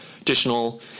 additional